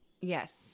yes